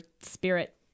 spirit